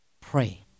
Pray